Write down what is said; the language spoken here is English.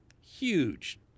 huge